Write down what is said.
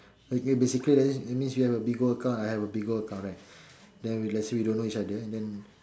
like basically that means you have a Bigo account then I have a Bigo account right then we let's say don't know each other then